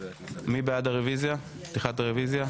מי בעד פתיחת הרוויזיה?